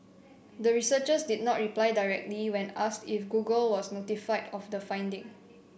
the researchers did not reply directly when asked if Google was notified of the finding